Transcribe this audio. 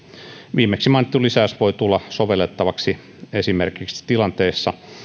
viimeksi mainittu lisäys voi tulla sovellettavaksi esimerkiksi tilanteessa